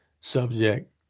subject